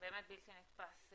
באמת בלתי נתפס.